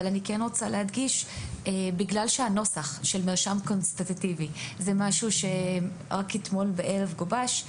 אני רוצה להדגיש שבגלל שהנוסח של מרשם קונסטיטוטיבי גובש רק אתמול בערב,